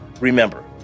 Remember